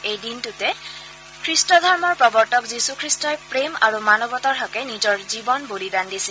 এই দিনটোতে খ্ৰীট্টধৰ্মৰ প্ৰৱৰ্তক যীশুখ্ৰীষ্টই প্ৰেম আৰু মানৱতাৰ হকে নিজৰ জীৱন বলিদান দিছিল